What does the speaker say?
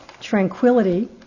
tranquility